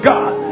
God